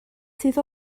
sydd